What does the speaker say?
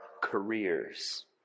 careers